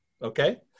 Okay